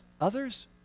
others